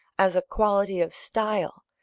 as a quality of style,